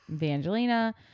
Angelina